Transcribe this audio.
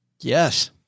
Yes